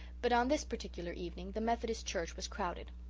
but on this particular evening the methodist church was crowded.